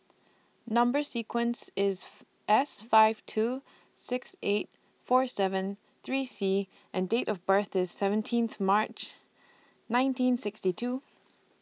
Number sequence IS S five two six eight four seven three C and Date of birth IS seventeenth March nineteen sixty two